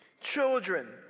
Children